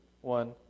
one